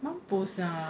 mampus sak